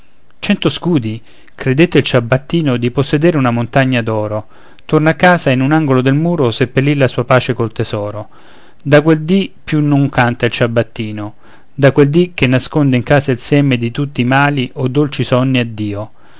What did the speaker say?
cento scudi credette il ciabattino di possedere una montagna d'oro torna a casa e in un angolo del muro seppellì la sua pace col tesoro da quel dì più non canta il ciabattino da quel dì che nasconde in casa il seme di tutti i mali o dolci sonni addio